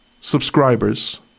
subscribers